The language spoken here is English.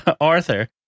arthur